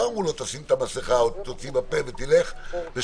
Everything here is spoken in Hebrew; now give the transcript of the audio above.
לא אמרו לו: תשים את המסכה או תוציא ותלך ושלום,